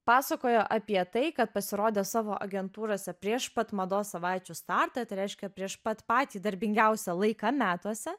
pasakojo apie tai kad pasirodė savo agentūrose prieš pat mados savaičių startą tai reiškia prieš pat patį darbingiausią laiką metuose